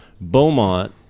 Beaumont